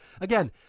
again